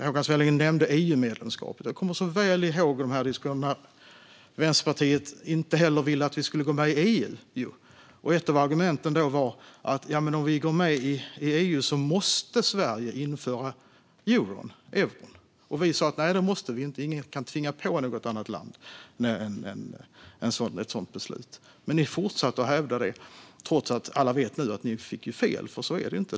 Håkan Svenneling nämnde EU-medlemskapet. Jag kommer mycket väl ihåg de diskussionerna. Vänsterpartiet ville inte heller att vi skulle gå med i EU, och ett av deras argument var att om vi går med i EU måste Sverige införa euron. Vi sa: Nej, det måste vi inte. Ingen kan tvinga på ett annat land ett sådant beslut. Men ni fortsatte att hävda det, och alla vet nu att ni fick fel, för så är det inte.